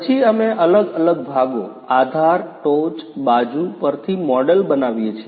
પછી અમે અલગ અલગ ભાગો આધાર ટોચ બાજુ પરથી મોડેલ બનાવીએ છીએ